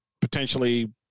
potentially